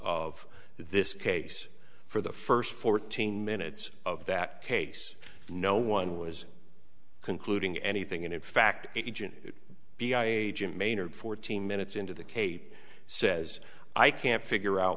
of this case for the first fourteen minutes of that case no one was concluding anything and in fact agent b i agent maynard fourteen minutes into the cape says i can't figure out